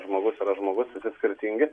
žmogus žmogus skirtingi